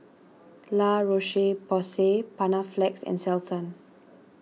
La Roche Porsay Panaflex and Selsun